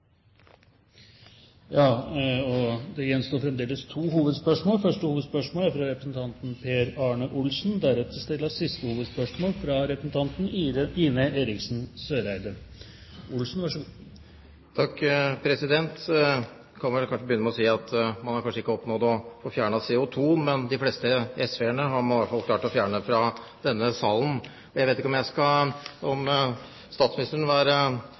Det gjenstår fremdeles to hovedspørsmål. Det første er fra representanten Per Arne Olsen. Jeg kan vel begynne med å si at man kanskje ikke har oppnådd å få fjernet CO2, men de fleste SV-erne har man i hvert fall klart å fjerne fra denne salen! Jeg vet ikke om statsministeren vil være fornøyd når jeg nå bytter tema, for etter 20 spørsmål om